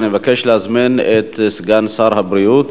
אני מבקש להזמין את סגן שר הבריאות